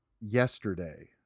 yesterday